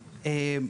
והגיפט-קארדים.